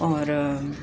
और